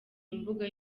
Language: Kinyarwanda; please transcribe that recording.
imbuga